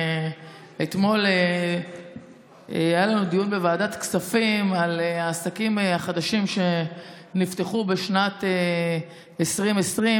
אתמול היה לנו דיון בוועדת כספים על העסקים החדשים שנפתחו בשנת 2020,